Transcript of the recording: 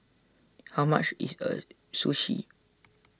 how much is a Sushi